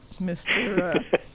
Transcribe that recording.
Mr